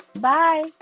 bye